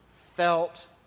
felt